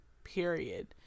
period